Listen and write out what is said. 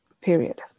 Period